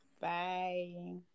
Bye